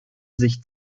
sich